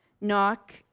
Knock